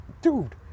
Dude